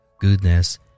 goodness